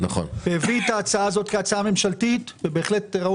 הביא את ההצעה הזאת כהצעה ממשלתית וראוי